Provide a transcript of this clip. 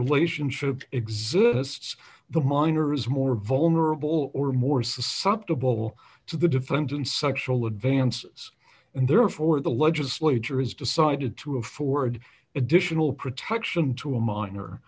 relationship exists the minor is more vulnerable or more susceptible to the defendant's sexual advances and therefore the legislature is decided to afford additional protection to a minor